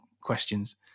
questions